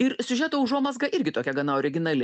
ir siužeto užuomazga irgi tokia gana originali